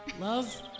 love